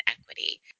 equity